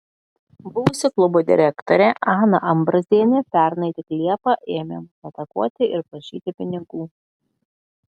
buvusi klubo direktorė ana ambrazienė pernai tik liepą ėmė mus atakuoti ir prašyti pinigų